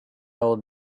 old